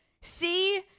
see